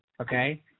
okay